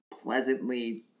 pleasantly